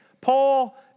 Paul